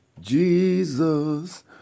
Jesus